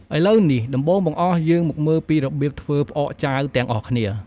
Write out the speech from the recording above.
ឥឡូវនេះ ដំបូងបង្អស់ យើងមកមើលពីរបៀបធ្វើផ្អកចាវទាំងអស់គ្នា។